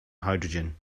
hydrogen